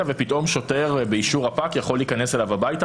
ופתאום שוטר באישור רפ"ק יכול להיכנס אליו הביתה,